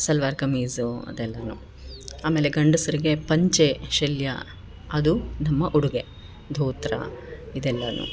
ಸಲ್ವಾರ್ ಕಮೀಸು ಅದೆಲ್ಲ ಆಮೇಲೆ ಗಂಡಸರಿಗೆ ಪಂಚೆ ಶಲ್ಯ ಅದು ನಮ್ಮ ಉಡುಗೆ ಧೋತ್ರ ಇದೆಲ್ಲ